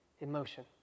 emotion